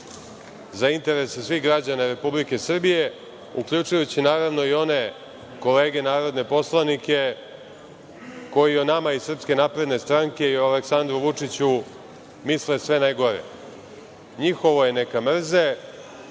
za interese svih građana Republike Srbije, uključujući naravno i one kolege, narodne poslanike, koji o nama iz SNS-a i Aleksandru Vučiću misle sve najgore. NJihovo je neka mrze,